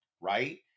right